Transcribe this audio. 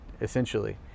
essentially